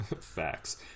Facts